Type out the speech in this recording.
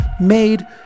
made